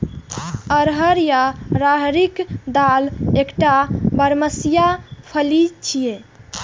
अरहर या राहरिक दालि एकटा बरमसिया फली छियै